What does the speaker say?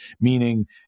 Meaning